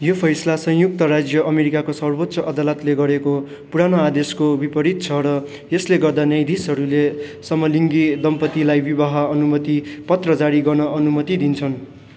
यो फैसला संयुक्त राज्य अमेरिकाको सर्वोच्च अदालतले गरेको पुरानो आदेशको विपरीत छ र यसले गर्दा न्यायाधीशहरूले समलिङ्गी दम्पतीलाई विवाह अनुमति पत्र जारी गर्न अनुमति दिन्छन्